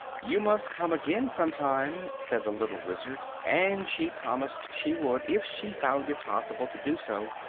you must come again, some time, said the little wizard and she promised she would if she found it possible to do so.